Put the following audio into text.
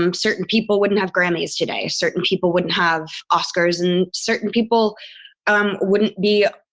um certain people wouldn't have grammys today. certain people wouldn't have oscars, and certain people um wouldn't be,